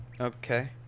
Okay